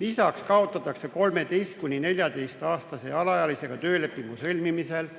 Lisaks kaotatakse 13–14‑aastase alaealisega töölepingu sõlmimisel